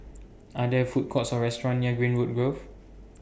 Are There Food Courts Or restaurants near Greenwood Grove